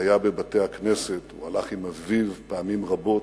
היה בבתי-הכנסת, הוא הלך עם אביו פעמים רבות,